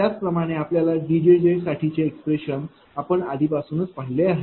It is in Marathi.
त्याचप्रमाणे आपल्याला D साठीचे एक्सप्रेशन आपण आधीपासूनच पाहिलेआहे